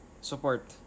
support